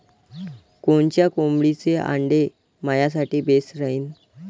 कोनच्या कोंबडीचं आंडे मायासाठी बेस राहीन?